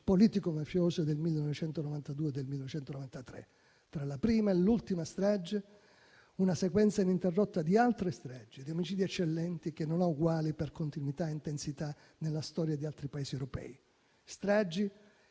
politico-mafiose del 1992 e del 1993. Tra la prima e l'ultima strage una sequenza ininterrotta di altre stragi, di omicidi eccellenti che non hanno uguali per continuità e intensità nella storia di altri Paesi europei; stragi